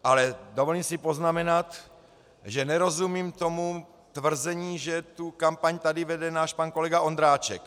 Ale dovolím si poznamenat, že nerozumím tvrzení, že tu kampaň tady vede náš pan kolega Ondráček.